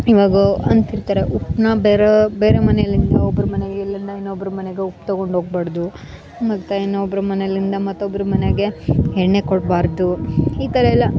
ಇವಾಗೋ ಅಂತಿರ್ತಾರೆ ಉಪ್ಪನ್ನ ಬೇರೆ ಬೇರೆ ಮನೆಯಿಂದ ಒಬ್ಬರು ಮನೆಗೆ ಇಲ್ಲಿಂದ ಇನ್ನೊಬ್ರು ಮನೆಗೆ ಉಪ್ಪು ತೊಗೊಂಡೋಗ್ಬಾರ್ದು ಮತ್ತು ಇನ್ನೊಬ್ರ ಮನೆಯಿಂದ ಮತ್ತೊಬ್ರ ಮನೆಗೆ ಎಣ್ಣೆ ಕೊಡಬಾರ್ದು ಈ ಥರ ಎಲ್ಲ